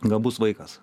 gabus vaikas